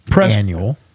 Annual